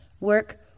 work